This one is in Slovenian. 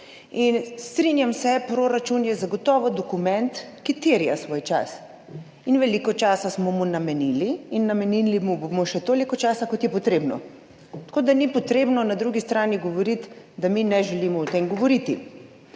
ne. Strinjam se, proračun je zagotovo dokument, ki terja svoj čas. Veliko časa smo mu namenili in namenili mu bomo še toliko časa, kot je potrebno. Tako da ni potrebno na drugi strani govoriti, da mi ne želimo o tem govoriti.